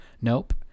Nope